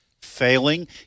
failing